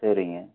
சரிங்க